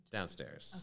Downstairs